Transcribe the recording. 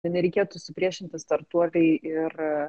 nereikėtų supriešinti startuoliai ir